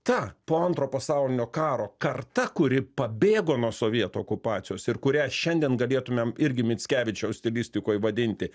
ta po antro pasaulinio karo karta kuri pabėgo nuo sovietų okupacijos ir kurią šiandien galėtumėm irgi mickevičiaus stilistikoj vadinti